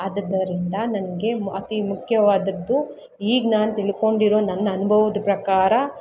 ಆದುದರಿಂದ ನನಗೆ ಅತಿ ಮುಖ್ಯವಾದದ್ದು ಈಗ ನಾನು ತಿಳ್ಕೊಂಡಿರೋ ನನ್ನ ಅನ್ಭವದ ಪ್ರಕಾರ